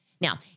Now